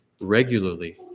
regularly